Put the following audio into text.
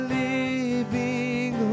living